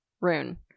rune